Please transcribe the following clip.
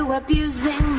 abusing